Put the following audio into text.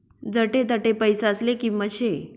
जठे तठे पैसासले किंमत शे